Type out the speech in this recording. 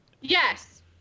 yes